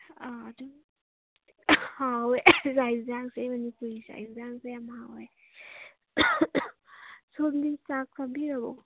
ꯑ ꯑꯗꯨꯝ ꯍꯥꯎꯋꯦ ꯆꯥꯛ ꯌꯦꯟꯁꯥꯡꯁꯦ ꯃꯅꯤꯄꯨꯔꯤ ꯆꯥꯛ ꯌꯦꯟꯁꯥꯡꯁꯦ ꯌꯥꯝ ꯍꯥꯎꯋꯦ ꯁꯣꯝꯗꯤ ꯆꯥꯛ ꯆꯥꯕꯤꯔꯕꯣ